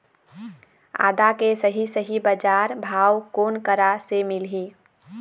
आदा के सही सही बजार भाव कोन करा से मिलही?